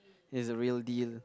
is the real deal